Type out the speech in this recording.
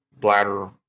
bladder